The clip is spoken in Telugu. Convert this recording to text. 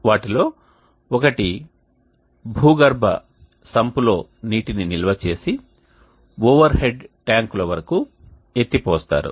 వాటిలో ఒకటి భూగర్భ సంప్లో నీటిని నిల్వ చేసి ఓవర్హెడ్ ట్యాంకుల వరకు ఎత్తిపోస్తారు